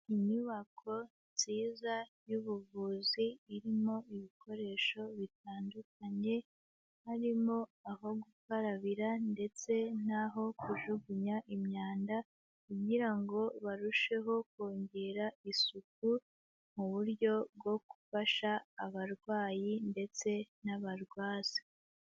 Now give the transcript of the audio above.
Inyubako nziza y'ubuvuzi irimo ibikoresho bitandukanye, harimo aho gukarabira ndetse n'aho kujugunya imyanda kugira ngo barusheho kongera isuku mu buryo bwo gufasha abarwayi ndetse n'abarwaza.